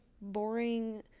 boring